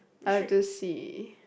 I'll have to see